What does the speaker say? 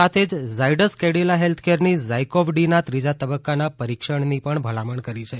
સાથે જ ઝાયડસ કેડિલા હેલ્થકેરની ઝાયકોવ ડીના ત્રીજા તબક્કાના પરિક્ષણની પણ ભલામણ કરી છે